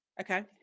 Okay